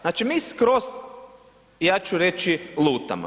Znači, mi skroz ja ću reći lutamo.